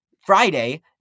Friday